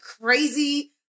crazy